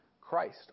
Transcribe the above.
Christ